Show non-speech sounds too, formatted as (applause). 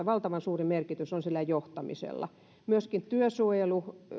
(unintelligible) valtavan suuri merkitys on johtamisella myöskin